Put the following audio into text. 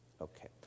Okay